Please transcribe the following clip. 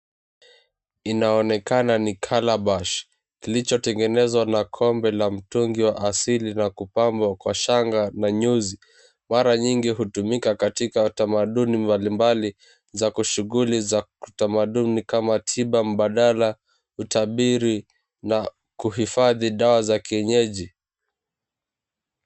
Inaonekana ni calabash kilichotengenezwa na kombe la mtungi wa asili na kupambwa kwa shanga na nyuzi. Mara nyingi hutumika katika tamaduni mbalimbali za kushughuli za kitamaduni kama tiba mbadala, utabiri na kuhifadhi dawa za kienyeji.